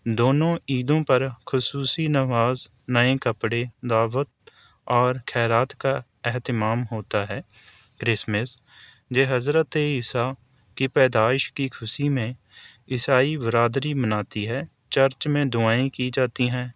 دونوں عیدوں پر خصوصی نماز نئے کپڑے دعوت اور خیرات کا اہتمام ہوتا ہے کرسمس یہ حضرت عیسی کی پیدائش کی خوشی میں عیسائی برادری مناتی ہے چرچ میں دعائیں کی جاتی ہیں